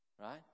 right